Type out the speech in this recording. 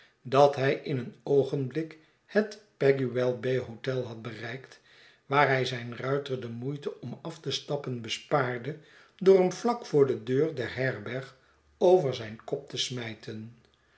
dat hij in een oogenblik het pegwell bay hotel had bereikt waar hij zijn ruiter de moeite om af te stappen bespaarde door hem vlak voor de deur der herberg over zijn kop te smijten